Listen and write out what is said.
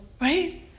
Right